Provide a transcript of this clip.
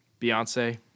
Beyonce